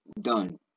Done